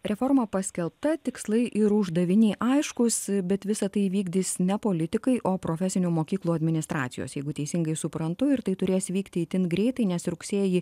reforma paskelbta tikslai ir uždaviniai aiškūs bet visa tai įvykdys ne politikai o profesinių mokyklų administracijos jeigu teisingai suprantu ir tai turės vykti itin greitai nes rugsėjį